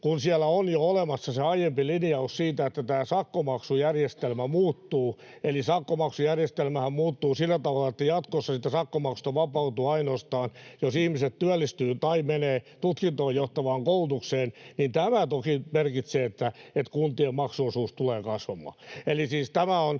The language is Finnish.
siellä on jo olemassa se aiempi linjaus siitä, että tämä sakkomaksujärjestelmä muuttuu. Eli sakkomaksujärjestelmähän muuttuu sillä tavalla, että jatkossa siitä sakkomaksusta vapautuu ainoastaan, jos ihminen työllistyy tai menee tutkintoon johtavaan koulutukseen. Eli tämä toki merkitsee, että kuntien maksuosuus tulee kasvamaan. Eli siis tämä on